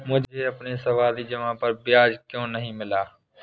मुझे अपनी सावधि जमा पर ब्याज क्यो नहीं मिला?